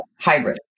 hybrid